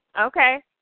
okay